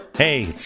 Hey